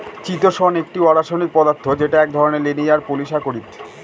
চিতোষণ একটি অরাষায়নিক পদার্থ যেটা এক ধরনের লিনিয়ার পলিসাকরীদ